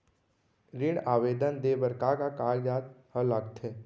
ऋण आवेदन दे बर का का कागजात ह लगथे?